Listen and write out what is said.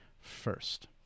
first